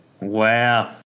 Wow